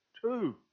two